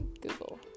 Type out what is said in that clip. Google